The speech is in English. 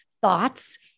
thoughts